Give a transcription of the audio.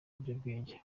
ibiyobyabwenge